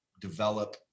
develop